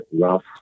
rough